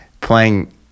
playing